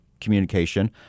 communication